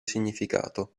significato